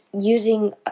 using